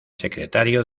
secretario